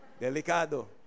Delicado